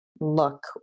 look